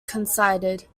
coincided